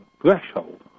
threshold